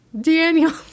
daniel